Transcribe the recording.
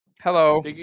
Hello